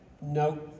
No